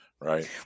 right